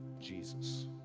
Jesus